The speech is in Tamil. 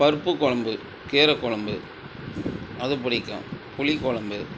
பருப்பு குலம்பு கீரை குலம்பு அதுப் பிடிக்கும் புளிக் குலம்பு